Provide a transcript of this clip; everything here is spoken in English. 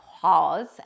pause